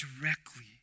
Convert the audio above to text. directly